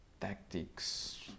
tactics